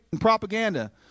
propaganda